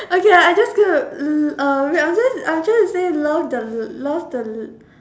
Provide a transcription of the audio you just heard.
okay I just going to uh wait I'm trying I'm trying to say love the l~ love the l~